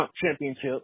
championship